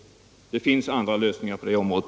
Det finns andra lösningar på det området.